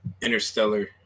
interstellar